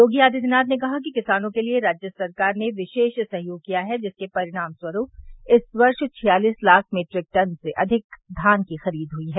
योगी आदित्यनाथ ने कहा कि किसानों के लिये राज्य सरकार ने विशेष सहयोग किया है जिसके परिणाम स्वरूप इस वर्ष छियालीस लाख मीट्रिक टन से अधिक धान खरीद हुई है